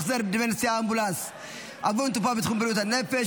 החזר על דמי נסיעות באמבולנס עבור מטופל בתחום בריאות הנפש),